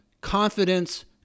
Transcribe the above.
confidence